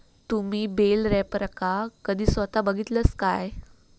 तुम्ही बेल रॅपरका कधी स्वता बघितलास काय?